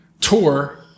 tour